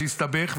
שהסתבך,